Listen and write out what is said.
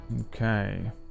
okay